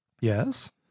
Yes